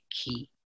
key